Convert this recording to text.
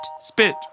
spit